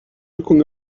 looking